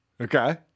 Okay